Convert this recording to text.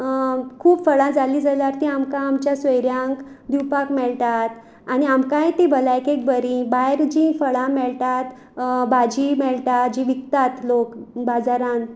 खूब फळां जालीं जाल्यार तीं आमकां आमच्या सोयऱ्यांक दिवपाक मेळटात आनी आमकांय तीं भलायकेक बरीं भायर जीं फळां मेळटात भाजी मेळटा जी विकतात लोक बाजारांत